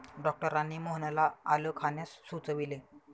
डॉक्टरांनी मोहनला आलं खाण्यास सुचविले